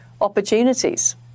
opportunities